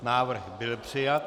Návrh byl přijat.